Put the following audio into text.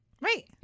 right